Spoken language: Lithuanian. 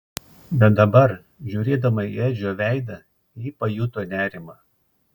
bet dabar žiūrėdama į edžio veidą ji pajuto nerimą